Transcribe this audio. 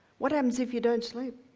what happens if you don't sleep?